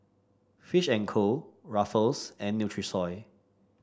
Fish And Co Ruffles and Nutrisoy